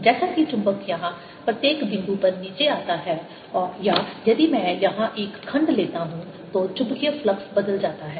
जैसा कि चुंबक यहां प्रत्येक बिंदु पर नीचे आता है या यदि मैं यहां एक खंड लेता हूं तो चुंबकीय फ्लक्स बदल जाता है